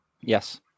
Yes